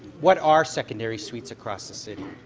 what are secondary suites across the city.